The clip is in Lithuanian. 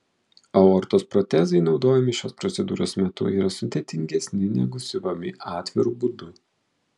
aortos protezai naudojami šios procedūros metu yra sudėtingesni negu siuvami atviru būdu